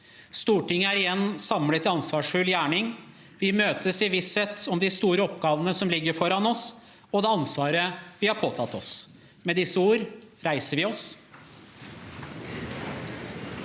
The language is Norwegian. Stortinget er igjen samlet til ansvarsfull gjerning. Vi møtes i visshet om de store oppgavene som ligger foran oss og det ansvaret vi har påtatt oss. Med disse ord reiser vi oss